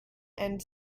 and